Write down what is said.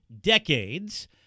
decades